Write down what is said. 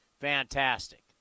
fantastic